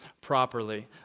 properly